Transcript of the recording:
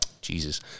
Jesus